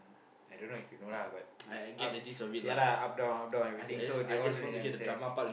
I don't know if you know lah but is up ya lah up down up down everything so they all don't really understand